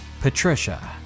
Patricia